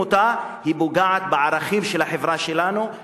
אותה היא פוגעת בערכים של החברה שלנו,